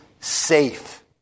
safe